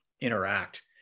interact